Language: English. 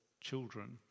children